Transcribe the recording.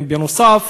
בנוסף,